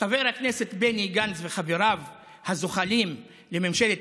חבר הכנסת בני גנץ וחבריו הזוחלים לממשלת